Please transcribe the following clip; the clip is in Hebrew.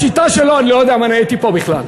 בשיטה שלו אני לא יודע אם אני הייתי פה בכלל.